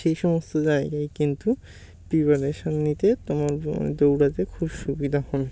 সেই সমস্ত জায়গায় কিন্তু প্রিপারেশান নিতে তোমার দৌড়াতে খুব সুবিধা হন